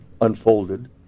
unfolded